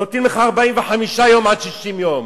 נותנים לך 45 יום עד 60 יום.